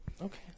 Okay